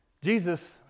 Jesus